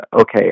okay